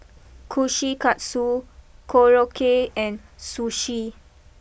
Kushikatsu Korokke and Sushi